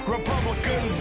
Republican